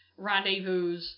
Rendezvous